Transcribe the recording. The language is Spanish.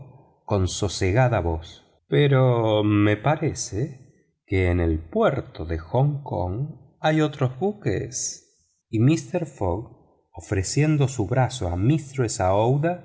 con sosegada voz pero me parece que en el puerto de hong kong hay otros buques y mister fógg ofreciendo su brazo a